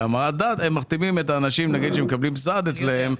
שהם מחתימים את האנשים שמקבלים סעד אצלם,